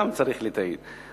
גם צריך ליטאית.